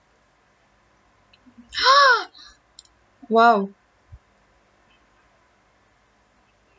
!huh! !wow!